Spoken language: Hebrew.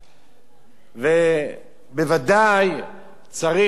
ובוודאי צריך לנקוט צעדים,